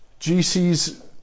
GC's